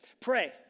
Pray